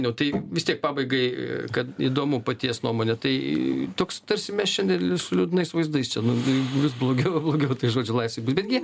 nu tai vis tiek pabaigai kad įdomu paties nuomonė tai toks tarsi mes šiandien su liūdnais vaizdais čia nu vis blogiau ir blogiau tai žodžio laisvei bus betgi